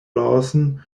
lawson